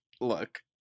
Look